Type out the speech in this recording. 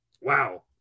wow